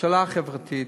ממשלה חברתית